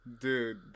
Dude